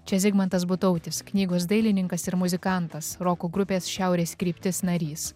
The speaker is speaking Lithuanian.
čia zigmantas butautis knygos dailininkas ir muzikantas roko grupės šiaurės kryptis narys